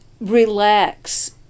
relax